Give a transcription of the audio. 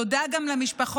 תודה גם למשפחות,